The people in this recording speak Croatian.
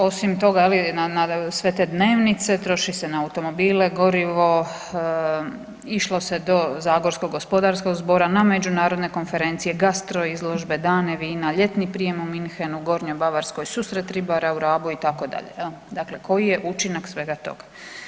Osim toga je li na, na sve te dnevnice troši se na automobile, gorivo, išlo se do Zagorsko gospodarskog zbora, na međunarodne konferencije, Gastro izložbe, Dane vina, Ljetni prijem u Munchenu u Gornjoj Bavarskoj, Susret ribara u Rabu itd. jel, dakle koji je učinak svega toga.